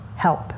help